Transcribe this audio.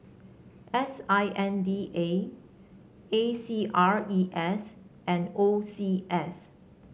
S I N D A A C R E S and O C S